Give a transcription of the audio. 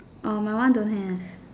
err my one don't have